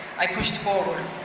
i pushed forward.